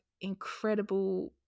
incredible